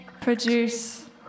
produce